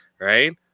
right